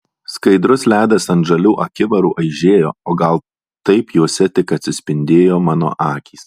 skaidrus ledas ant žalių akivarų aižėjo o gal taip juose tik atsispindėjo mano akys